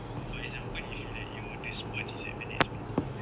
or for example if you like your the sports is like very expensive like